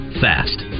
fast